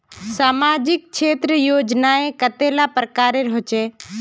सामाजिक क्षेत्र योजनाएँ कतेला प्रकारेर होचे?